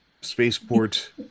spaceport